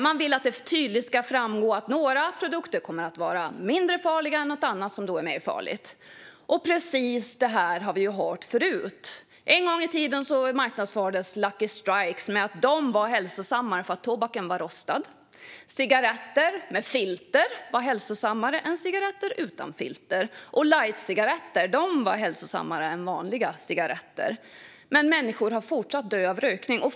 Man vill att det tydligt ska framgå att några produkter kommer att vara mindre farliga och att andra är mer farliga. Precis detta har vi ju hört förut. En gång i tiden marknadsfördes Lucky Strike-cigaretter med att de var hälsosammare eftersom tobaken var rostad. Cigaretter med filter var hälsosammare än cigaretter utan filter, och lightcigaretter var hälsosammare än vanliga cigaretter. Men människor har fortsatt att dö av rökning.